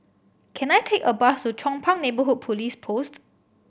can I take a bus to Chong Pang Neighbourhood Police Post